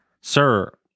sir